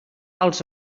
als